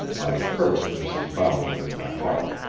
i cursed mrs. bowser in my heart.